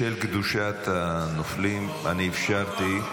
בשל קדושת הנופלים אני אפשרתי.